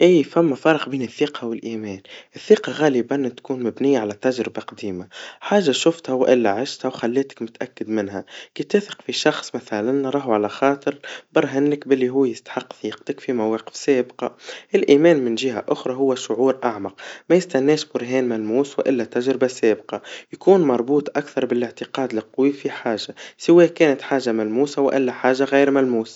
إي ثما فرق بين الثقا والإيمان, الثقا غالباً تكون مبنيا على تجربا قديما, حاجا شفتها وإلا عشتها, وخلتك متأكد منها, كي تفرق في شخص مثلاً, نراهو على خاطر, برهنلك باللي هوا يستحق ثقتك في مواقف سابقا, الإيمان من جها أخرى هو شعور أعمق, ميستناش برهان من الموس وإلا تجربا سابقا, يكون مربوط أكثر بالاعتقاد القوي في حاجا, سوا كانت حاجا ملموسا وإلا حاححا غير ملموسا.